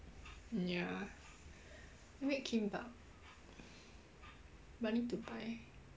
ya make kimbap but need to buy